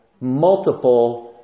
multiple